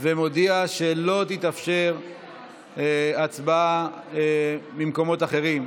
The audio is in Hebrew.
ומודיע שלא תתאפשר הצבעה ממקומות אחרים.